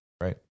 right